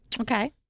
Okay